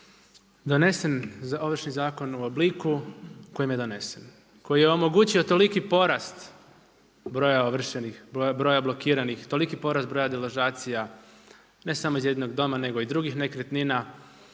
donesen Ovršni zakon u obliku u kojem je donesen, koji je omogućio toliki porast broja ovršenih, broja blokiranih, toliki porast broja deložacija ne samo iz jednog doma nego i drugih nekretnina.